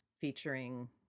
featuring